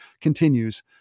continues